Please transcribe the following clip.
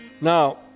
now